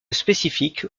spécifique